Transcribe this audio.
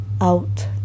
out